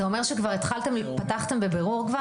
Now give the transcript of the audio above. זה אומר שכבר פתחתם בבירור?